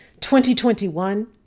2021